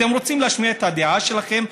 אתם רוצים להשמיע אך ורק את הדעה שלכם.